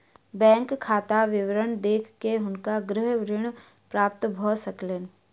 bank खाता विवरण देख के हुनका गृह ऋण प्राप्त भ सकलैन